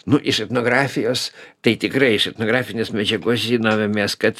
nu iš etnografijos tai tikrai iš etnografinės medžiagos žinome mes kad